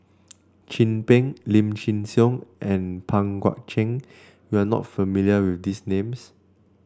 Chin Peng Lim Chin Siong and Pang Guek Cheng you are not familiar with these names